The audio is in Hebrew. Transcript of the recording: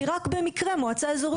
כי רק במקרה מועצה איזורית,